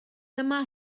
dyma